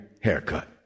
haircut